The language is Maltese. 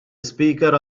ispeaker